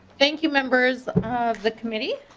thank you members of the committee.